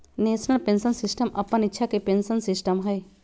national pension system अप्पन इच्छा के पेंशन सिस्टम हइ